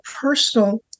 personal